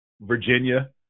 Virginia